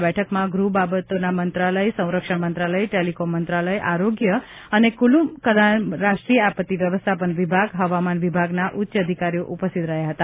આ બેઠકમાં ગૃહ બાબતો મંત્રાલય સંરક્ષણ મંત્રાલય ટેલીકોમ મંત્રાલય આરોગ્ય અને કુટુંબ કલ્યાણ રાષ્ટ્રીય આપત્તિ વ્યવસ્થાપન વિભાગ હવામાન વિભાગના ઉચ્ચ અધિકારીઓ ઉપસ્થિત રહ્યા હતા